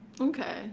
Okay